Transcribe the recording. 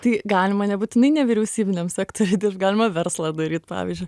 tai galima nebūtinai nevyriausybiniam sektoriui galima verslą daryt pavyzdžiui